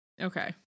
Okay